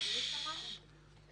--- רק שניה.